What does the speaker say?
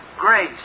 grace